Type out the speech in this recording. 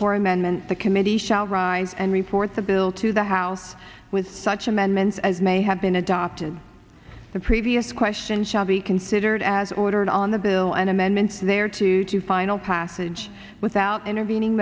amendment the committee shall rise and report the bill to the house with such amendments as may have been adopted the previous question shall be considered as ordered on the bill and amendments there to final passage without intervening